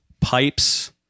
pipes